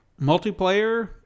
Multiplayer